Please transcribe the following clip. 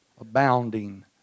abounding